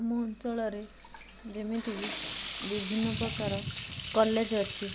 ଆମ ଅଞ୍ଚଳରେ ଯେମିତିକି ବିଭିନ୍ନ ପ୍ରକାର କଲେଜ୍ ଅଛି